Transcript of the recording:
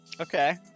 okay